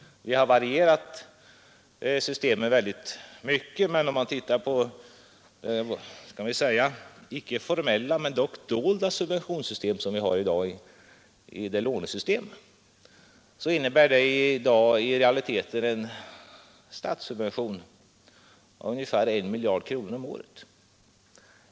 Vi har varierat systemet i hög grad, men i dag ger detta dolda subventionssystem — om inte formellt så är det dock i realiteten ett sådant — en statssubvention av ungefär 1 miljard kronor om året.